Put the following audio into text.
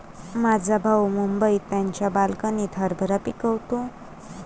माझा भाऊ मुंबईत त्याच्या बाल्कनीत हरभरा पिकवतो